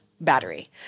battery